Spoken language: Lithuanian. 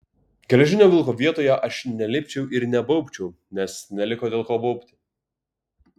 geležinio vilko vietoje aš nelipčiau ir nebaubčiau nes neliko dėl ko baubti